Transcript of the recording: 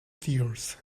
tears